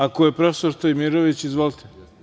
Ako je prof. Stojmirović, izvolite.